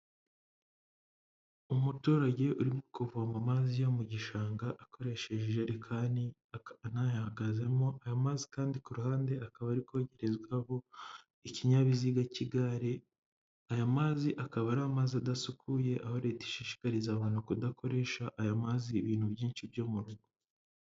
Umuturage urimo kuvoma amazi yo mu gishanga akoreshe ijelikani anahagazemo, aya mazi kandi ku ruhande akaba ari kogerezwaho ikinyabiziga cy'igare aya mazi akaba ari amazi adasukuye aho leta ishishikariza abantu kudakoresha aya mazi ibintu byinshi byo mu rugo.